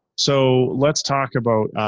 so let's talk about,